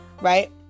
right